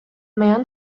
man